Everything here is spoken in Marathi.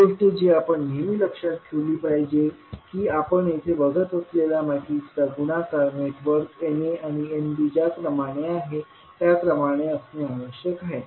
एक गोष्ट जी आपण नेहमी लक्षात ठेवली पाहिजे की आपण येथे बघत असलेल्या मॅट्रिकचा गुणाकार नेटवर्क Na आणि Nb ज्या क्रमाने आहेत त्या क्रमाने असणे आवश्यक आहे